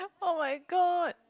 [oh]-my-god